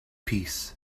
piece